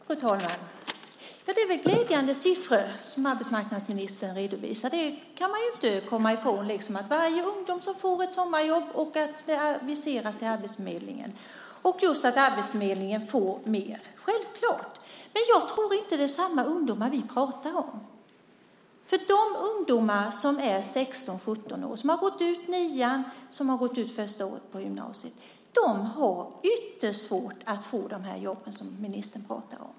Fru talman! Det är glädjande siffror som arbetsmarknadsministern redovisar. Det kan man inte komma ifrån. Varje ungdom som får ett sommarjobb, jobb som aviseras till arbetsförmedlingen och att arbetsförmedlingen får mer är självklart glädjande. Men jag tror inte att vi pratar om samma ungdomar. De ungdomar som är 16-17 år och som har gått ut nian eller första året på gymnasiet har ytterst svårt att få de jobb som ministern pratar om.